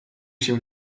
się